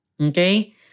okay